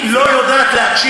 שמעי, היא לא יודעת להקשיב.